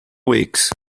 weeks